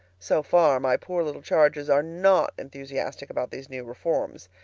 so far, my poor little charges are not enthusiastic about these new reforms.